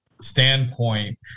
standpoint